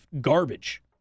garbage